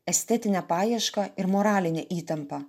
estetinę paiešką ir moralinę įtampą